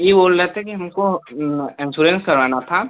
ये बोल रहे थे कि हमको इंसोरेंस कराना था